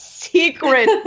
Secret